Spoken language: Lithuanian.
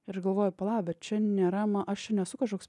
ir aš galvoju pala bet čia nėra aš nesu kažkoks